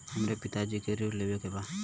हमरे पिता जी के ऋण लेवे के बा?